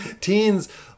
Teens